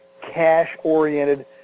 cash-oriented